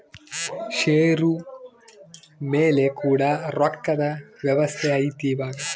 ಷೇರು ಮೇಲೆ ಕೂಡ ರೊಕ್ಕದ್ ವ್ಯವಸ್ತೆ ಐತಿ ಇವಾಗ